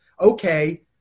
okay